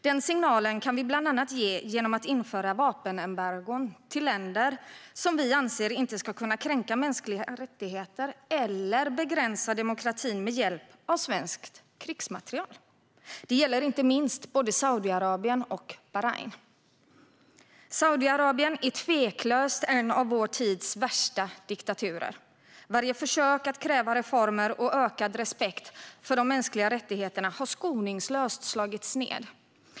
Denna signal kan vi bland annat ge genom att införa vapenembargon mot länder som vi anser inte ska kunna kränka mänskliga rättigheter eller begränsa demokratin med hjälp av svensk krigsmateriel. Detta gäller inte minst Saudiarabien och Bahrain. Saudiarabien är tveklöst en av vår tids värsta diktaturer. Varje försök att kräva reformer och ökad respekt för de mänskliga rättigheterna har skoningslöst slagits ned.